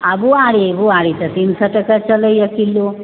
ओ बोआरी बोआरी तऽ तीन सए टके चलैया किलो